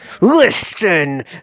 Listen